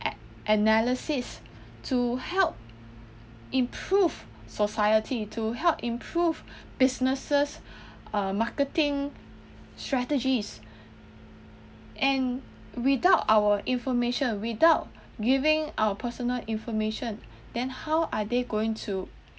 an~ analysis to help improve society to help improve businesses err marketing strategies and without our information without giving our personal information then how are they going to